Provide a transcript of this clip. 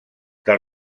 del